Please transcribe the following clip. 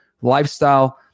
lifestyle